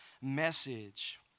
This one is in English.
message